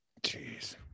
Jeez